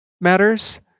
matters